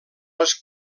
les